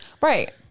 Right